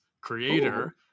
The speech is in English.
creator